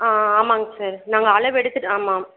ஆ ஆமாம்ங்க சார் நாங்கள் அளவு எடுத்துட்டு ஆமாம்